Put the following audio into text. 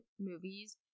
movies